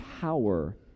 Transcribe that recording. power